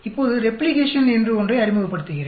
இப்போது ரெப்ளிகேஷன் என்று ஒன்றை அறிமுகப்படுத்துகிறேன்